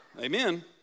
Amen